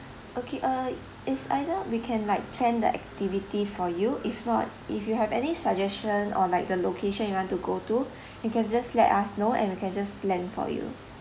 okay uh if either we can like plan the activity for you if not if you have any suggestion or like the location you want to go to you can just let us know and we can just plan for you